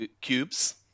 cubes